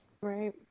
Right